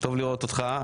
טוב לראות אותך.